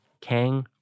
Kang